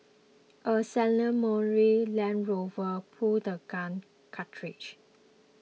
a ceremonial Land Rover pulled the gun carriage